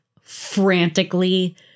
frantically